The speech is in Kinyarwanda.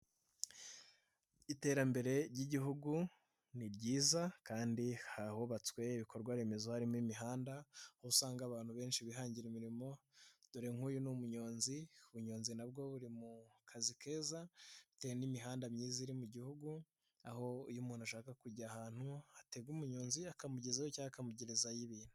Iterambere ry'Igihugu ni ryiza kandi ahubatswe ibikorwa remezo harimo imihanda, aho usanga abantu benshi bihangira imirimo, dore nk'uyu ni umunyonzi, ubunyonzi na bwo buri mu kazi keza, bitewe n'imihanda myiza iri mu Gihugu, aho iyo umuntu ashaka kujya ahantu atega umunyonzi akamugezayo cyangwa akamugerezayo ibintu.